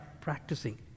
practicing